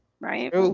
right